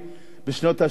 הייתי אומר לו: מוניר,